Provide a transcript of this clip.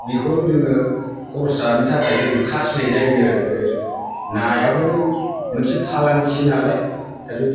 बिखौ जोङो खरस जानो थाखाय जों खाथिनाय जायो आरो नायाबो मोनसे फालांगिसो नालाय दा बे